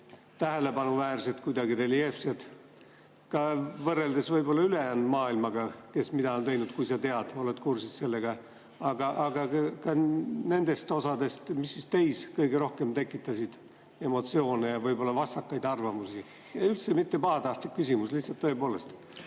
tähelepanuväärsed või kuidagi reljeefsed, ka võrreldes ülejäänud maailmaga, kes mida on teinud, kui sa tead ja oled kursis sellega, aga ka nendest osadest, mis teis kõige rohkem tekitasid emotsioone ja vastakaid arvamusi. Üldse mitte pahatahtlik küsimus, lihtsalt tõepoolest